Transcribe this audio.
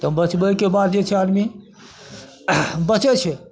तब बचबैके बाद जे छै आदमी बचै छै